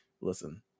listen